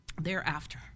thereafter